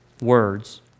words